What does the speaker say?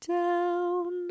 down